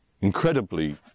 incredibly